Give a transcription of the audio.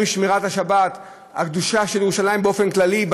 ושמירת השבת והקדושה של ירושלים באופן כללי,